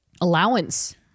allowance